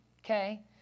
okay